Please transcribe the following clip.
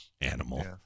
Animal